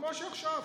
כמו שעכשיו,